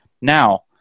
Now